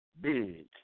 big